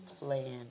plan